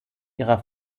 ihrer